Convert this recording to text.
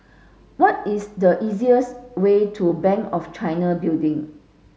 what is the easiest way to Bank of China Building